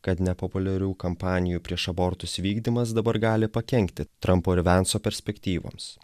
kad nepopuliarių kampanijų prieš abortus vykdymas dabar gali pakenkti trampo ir vianso perspektyvoms